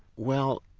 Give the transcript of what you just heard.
well,